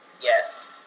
yes